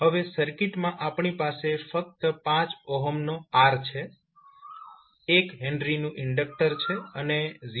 હવે સર્કિટમાં આપણી પાસે ફક્ત 5 નો R છે 1H નું ઇન્ડક્ટર છે અને 0